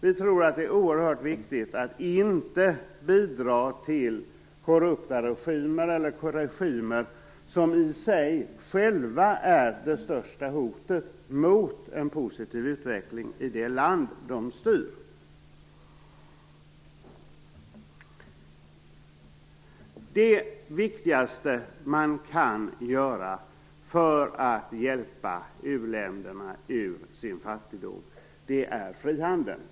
Vi tror att det är oerhört viktigt att inte bidra till korrupta regimer eller regimer som i sig själva utgör det största hotet mot en positiv utveckling i det land de styr. Det viktigaste man kan göra för att hjälpa uländerna ur deras fattigdom är frihandel.